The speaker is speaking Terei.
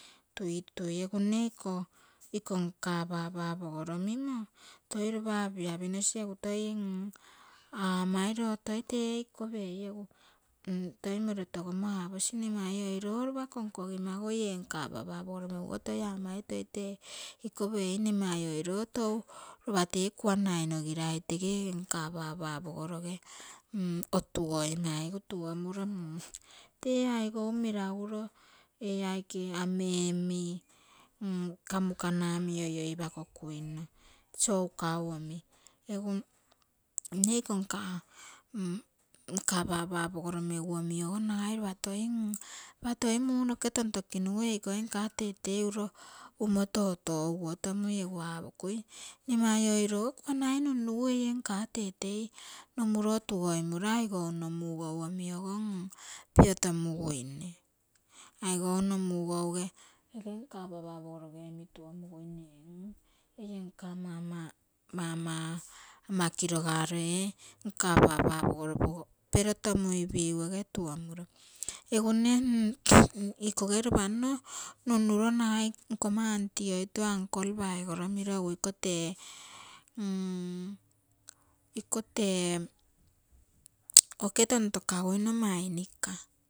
Tuitui, egu mne iko nka papa pogoro mimo, toi lopa apiapi nosi egu toi aamai lo toi tee iko pei, egu toi mouiro togomo aaposi mne mai oiro lopa konkogim agui ee nka papa meguogo toi amai toi tee iko pei, mne mai oiro tou lopa tee kuanai nogirai tege ege nka papa pogoroge otugoimaigu tuomuro tee aigou melagulo e aike ame omi, kamukana omi oi oi pakokuino soukau omi. egu it mne iko nka, nka papa pogoro megu omi nagai lopa toi, lopa toi muu noke tonto kinugu eikoi nka tetei umo totoguo tomui. egu apokui mne mai oiro kuanai nunnugu eie nka tetei nomuro otugoimuro, aigou nno mogou omiogopio tomuguine. aigou nno mugouge ege nka papa pogoroge omi tuomuguine aie nka mama ama kirogaro ee nka papa perotomuigu ege tuomuro egu mne ikoge lopa nno nunnuio nagai nka mma anty oito uncle paigoro miro, egu iko tee, iko tee oke tontokaguino mainika.